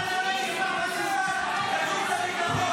אסור לצלם מסמך מסווג בחוץ וביטחון.